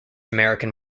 american